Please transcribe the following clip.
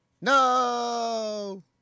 No